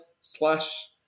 slash